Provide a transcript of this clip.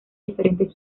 diferentes